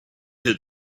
had